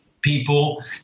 people